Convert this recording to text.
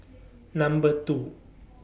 Number two